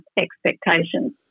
expectations